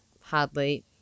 hardly